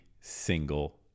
single